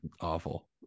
awful